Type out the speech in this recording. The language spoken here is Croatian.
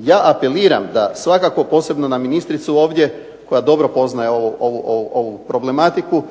ja apeliram svakako posebno na ministricu ovdje koja dobro poznaje ovu problematiku